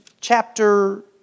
chapter